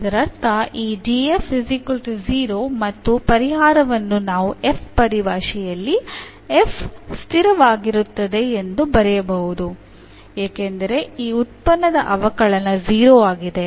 ಇದರರ್ಥ ಈ df 0 ಮತ್ತು ಪರಿಹಾರವನ್ನು ನಾವು f ಪರಿಭಾಷೆಯಲ್ಲಿ f ಸ್ಥಿರವಾಗಿರುತ್ತದೆ ಎಂದು ಬರೆಯಬಹುದು ಏಕೆಂದರೆ ಈ ಉತ್ಪನ್ನದ ಅವಕಲನ 0 ಆಗಿದೆ